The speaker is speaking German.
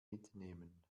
mitnehmen